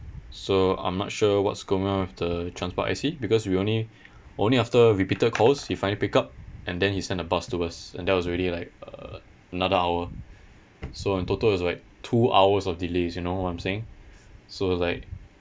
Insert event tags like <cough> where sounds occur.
so I'm not sure what's going on with the transport I_C because we only <breath> only after repeated calls he finally pick up and then he send a bus to us and that was already like uh another hour so in total it was like two hours of delays you know what I'm saying so it's like